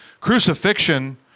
Crucifixion